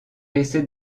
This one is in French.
essaie